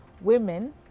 women